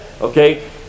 Okay